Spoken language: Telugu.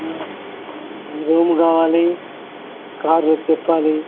రూమ్ కావాలి కార్ చెప్పాలి